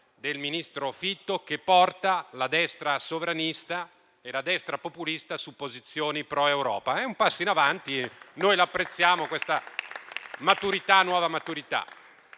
del ministro Fitto, che porta la destra sovranista e la destra populista su posizioni pro-Europa. È un passo in avanti e noi apprezziamo questa nuova maturità.